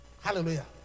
Hallelujah